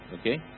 Okay